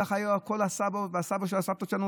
כך היו כל הסבים והסבתות שלנו,